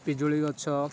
ପିଜୁଳି ଗଛ